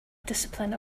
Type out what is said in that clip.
discipline